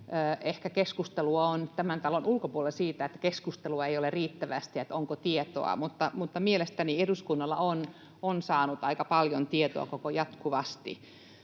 keskustelua on tämän talon ulkopuolella siitä, että keskustelua ei ole ollut riittävästi siitä, onko tietoa, mutta mielestäni eduskunta on saanut aika paljon tietoa jatkuvasti.